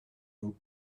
vous